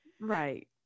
Right